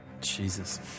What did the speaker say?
Jesus